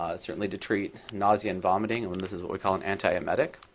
certainly to treat nausea and vomiting, and this is what we call an antiemetic.